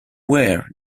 aware